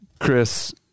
Chris